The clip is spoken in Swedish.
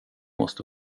måste